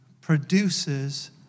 produces